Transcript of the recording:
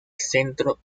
centro